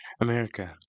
America